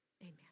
Amen